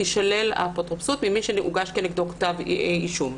שתישלל האפוטרופסות ממי שהוגש כנגדו כתב אישום.